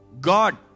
God